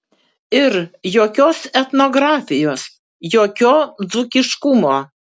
ir jokios etnografijos jokio dzūkiškumo